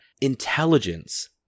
intelligence